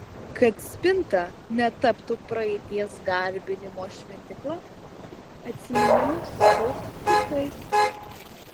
kad spinta netaptų praeities garbinimo šventykla atsiminimus kaupk kitaip